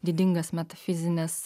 didingas metafizinis